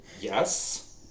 Yes